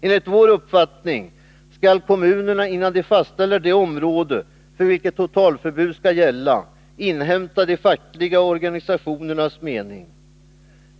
Enligt vår uppfattning skall kommunerna, innan de fastställer det område för vilket totalförbud skall gälla, inhämta de fackliga organisationernas mening.